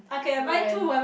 rent